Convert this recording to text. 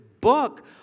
book